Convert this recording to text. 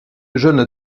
jeune